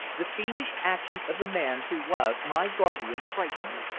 the fiendish actions of the man who was my guardian frightened me.